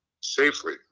safely